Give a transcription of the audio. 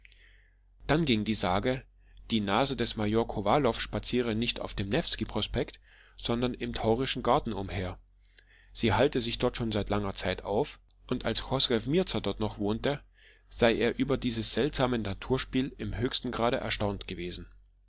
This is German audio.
dann ging die sage die nase des majors kowalow spaziere nicht auf dem newski prospekt sondern im taurischen garten umher sie halte sich dort schon seit langer zeit auf und als chosrew mirza dort noch wohnte sei er über dieses seltsame naturspiel im höchsten grade erstaunt gewesen